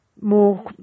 more